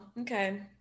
okay